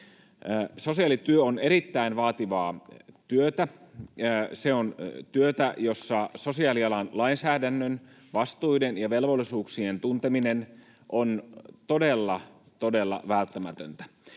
Sosiaalityö on erittäin vaativaa työtä. Se on työtä, jossa sosiaalialan lainsäädännön vastuiden ja velvollisuuksien tunteminen on todella todella välttämätöntä.